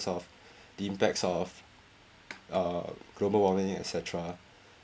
of the impacts of uh global warming et cetera